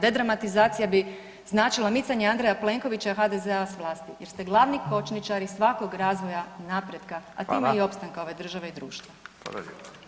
Dedramatizacija bi značila micanje Andreja Plenkovića i HDZ-a s vlasti jer ste glavni kočničari svakog razvoja i napretka [[Upadica: Hvala.]] a time i opstanka ove države i društva.